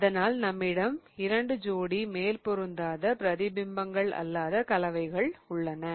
அதனால் நம்மிடம் இரண்டு ஜோடி மேற்பொருந்தாத பிரதி பிம்பங்கள் அல்லாத கலவைகள் உள்ளன